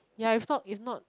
ya if not if not